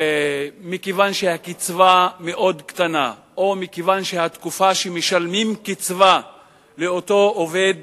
מכיוון שהקצבה מאוד קטנה או מכיוון שהתקופה שמשלמים קצבה לאותו עובד